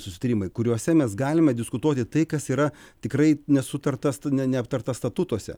susitarimai kuriuose mes galime diskutuoti tai kas yra tikrai nesutarta neaptarta statutuose